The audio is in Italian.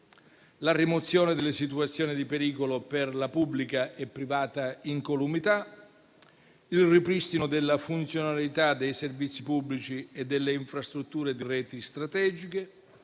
la rimozione delle situazioni di pericolo per la pubblica e privata incolumità; il ripristino della funzionalità dei servizi pubblici e delle infrastrutture di reti strategiche;